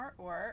artwork